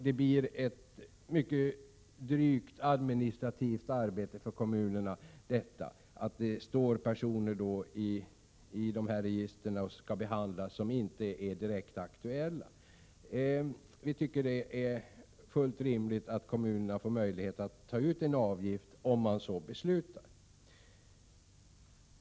Det blir ett mycket drygt administrativt arbete för kommunerna, i och med att personer som inte är direkt aktuella för bostadsförmedling finns med i registren. Vi tycker att det är fullt rimligt att kommunerna får möjlighet att ta ut en avgift, om man så beslutar.